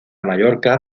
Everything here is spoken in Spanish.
mallorca